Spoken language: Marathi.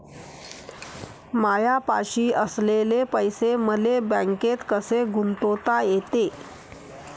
मायापाशी असलेले पैसे मले बँकेत कसे गुंतोता येते?